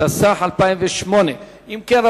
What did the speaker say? התשס"ח 2008. אם כן,